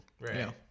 right